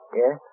Yes